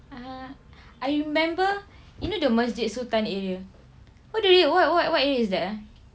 ah I remember you know the masjid sultan area what do you what what what area is that ah